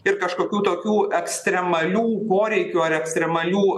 ir kažkokių tokių ekstremalių poreikių ar ekstremalių